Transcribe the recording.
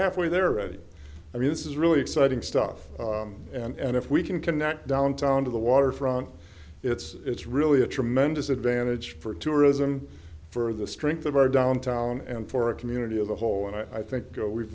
halfway there ready i mean this is really exciting stuff and if we can connect downtown to the waterfront it's really a tremendous advantage for tourism for the strength of our downtown and for a community of the whole and i think